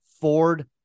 Ford